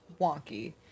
wonky